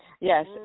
Yes